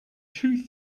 two